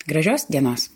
gražios dienos